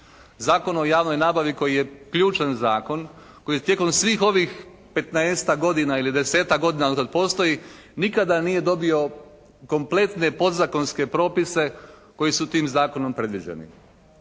Zakonu o javnoj nabavi koji je ključan zakon. Koji je tijekom svih ovih 15-tak godina ili 10-tak godina otkad postoji nikada nije dobio kompletne podzakonske propise koji su tim zakonom predviđeni.